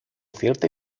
cierta